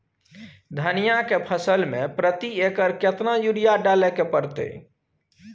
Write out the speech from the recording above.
धनिया के फसल मे प्रति एकर केतना यूरिया डालय के परतय?